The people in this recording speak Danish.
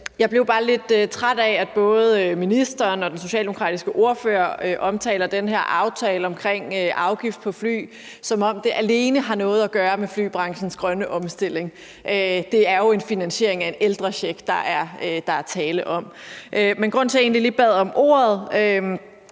Jeg blev bare lidt træt af, at både ministeren og den socialdemokratiske ordfører omtaler den her aftale omkring afgift på fly, som om det alene har noget at gøre med flybranchens grønne omstilling. Det er jo en finansiering af en ældrecheck, der er tale om. Grunden til, at jeg egentlig lige bad om ordet,